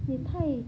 也太